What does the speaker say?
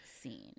scene